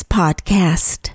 podcast